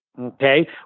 Okay